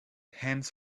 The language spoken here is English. hands